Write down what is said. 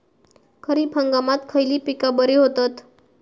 खरीप हंगामात खयली पीका बरी होतत?